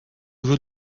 veux